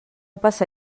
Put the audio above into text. passa